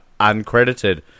uncredited